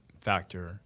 factor